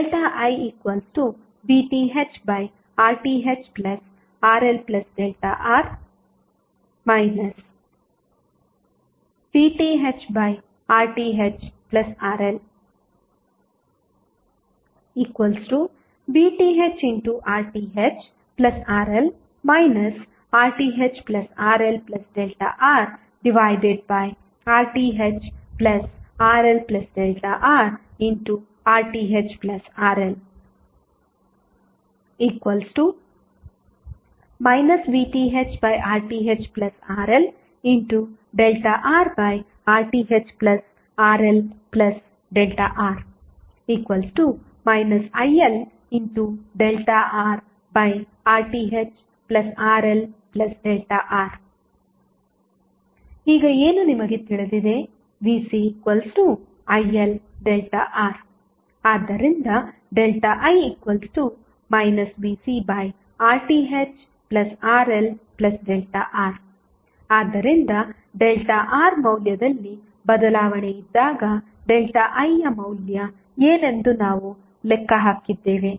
I VThRThRLR VThRThRL VThRThRL RThRLRRTh RLRRThRL VThRThRLRRThRLR ILRRThRLR ಈಗ ಏನು ನಿಮಗೆ ತಿಳಿದಿದೆ VCILR ಆದ್ದರಿಂದ I VcRThRLR ಆದ್ದರಿಂದ ΔR ಮೌಲ್ಯದಲ್ಲಿ ಬದಲಾವಣೆ ಇದ್ದಾಗ ΔIಯ ಮೌಲ್ಯ ಏನೆಂದು ನಾವು ಲೆಕ್ಕ ಹಾಕಿದ್ದೇವೆ